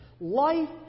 Life